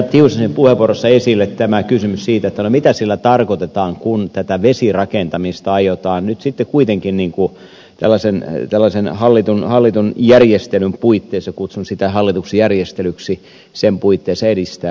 tiusasen puheenvuorossa esille kysymys siitä mitä sillä tarkoitetaan kun tätä vesirakentamista aiotaan nyt kuitenkin sitten hallitun järjestelyn puitteissa kutsun sitä hallituksi järjestelyksi edistää